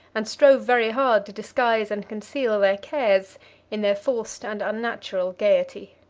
and strove very hard to disguise and conceal their cares in their forced and unnatural gayety.